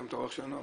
היום אתה אורח שלנו,